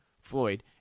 Floyd